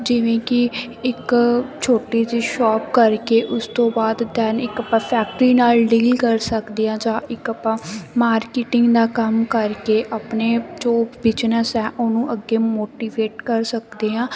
ਜਿਵੇਂ ਕਿ ਇੱਕ ਛੋਟੀ ਜਿਹੀ ਸ਼ੋਪ ਕਰਕੇ ਉਸ ਤੋਂ ਬਾਅਦ ਦੈਨ ਇੱਕ ਆਪਾਂ ਫੈਕਟਰੀ ਨਾਲ ਡੀਲ ਕਰ ਸਕਦੇ ਆ ਜਾਂ ਇੱਕ ਆਪਾਂ ਮਾਰਕੀਟਿੰਗ ਦਾ ਕੰਮ ਕਰਕੇ ਆਪਣੇ ਜੋ ਬਿਜਨਸ ਹੈ ਉਹਨੂੰ ਅੱਗੇ ਮੋਟੀਵੇਟ ਕਰ ਸਕਦੇ ਹਾਂ